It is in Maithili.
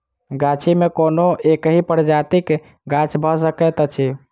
गाछी मे कोनो एकहि प्रजातिक गाछ भ सकैत अछि